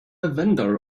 vendor